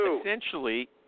essentially –